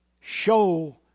show